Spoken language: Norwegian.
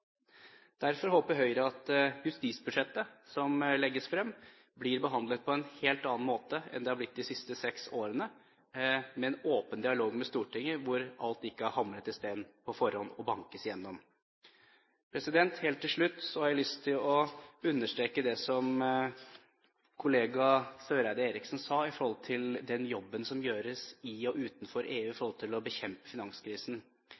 Derfor håper Høyre at justisbudsjettet som legges frem, blir behandlet på en helt annen måte enn det har blitt de siste seks årene, med en åpen dialog med Stortinget der ikke alt er hamret i sten på forhånd og bare bankes igjennom. Helt til slutt har jeg lyst til å understreke det som kollega Eriksen Søreide sa når det gjelder den jobben som gjøres i og utenfor EU for å bekjempe finanskrisen.